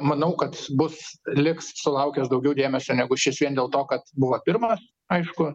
manau kad bus liks sulaukęs daugiau dėmesio negu šis vien dėl to kad buvo pirmas aišku